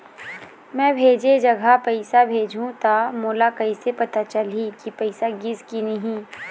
मैं भेजे जगह पैसा भेजहूं त मोला कैसे पता चलही की पैसा गिस कि नहीं?